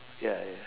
ya ya